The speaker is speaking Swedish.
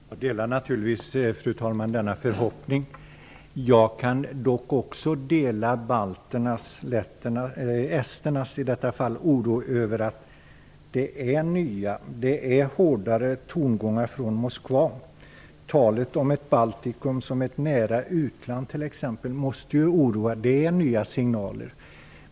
Fru talman! Jag delar naturligtvis denna förhoppning. Jag kan även dela esternas oro över att det kommer nya och hårdare tongångar från Moskva. Talet om ett Baltikum som ett nära utland måste ju oroa. Det kommer nya signaler.